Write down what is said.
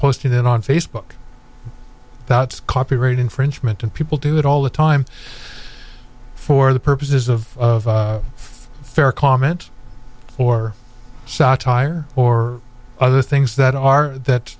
posting it on facebook that's copyright infringement and people do it all the time for the purposes of fair comment or satire or other things that are that